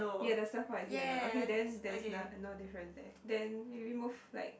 ya the surfboard is yellow okay then there is no no difference eh then you move like